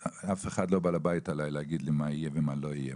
אף אחד לא בעל הבית עלי להגיד לי מה יהיה ומה לא יהיה.